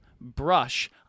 brush